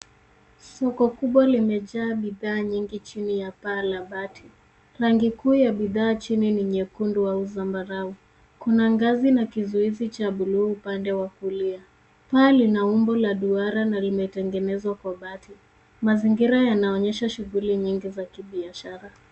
Soko kubwa limejaa bidhaa nyini chini ya paa la bati. Rangi kuu ya bidhaa chini ni nyekundu au zambarau. Kuna ngazi na kizuizi cha buluu upande wa kulia. Paa lina umbo la duara na limetengenezwa kwa bati. Mazingira yanaonyesha shughuli nyingi za kibiashara.